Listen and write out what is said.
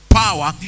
power